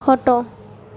ଖଟ